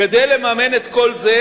כדי לממן את כל זה